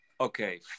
okay